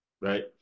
Right